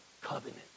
covenant